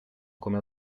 come